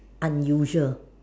unusual